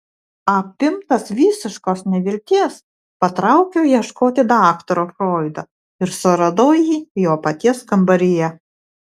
apimtas visiškos nevilties patraukiau ieškoti daktaro froido ir suradau jį jo paties kambaryje